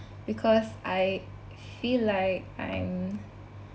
because I feel like I'm